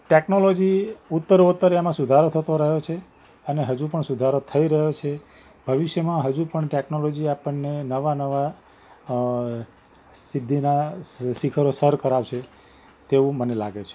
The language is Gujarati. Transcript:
ટૅકનોલોજી ઉત્તરોત્તર એમાં સુધારો થતો રહ્યો છે અને હજુ પણ સુધારો થઇ રહ્યો છે ભવિષ્યમાં હજુ પણ ટૅકનોલોજી આપણને નવાં નવાં સિદ્ધિના શિખરો સર કરાવશે તેવું મને લાગે છે